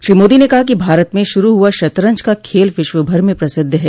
श्री मोदी ने कहा कि भारत में शुरू हुआ शतरंज का खेल विश्वभर में प्रसिद्ध है